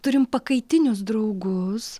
turim pakaitinius draugus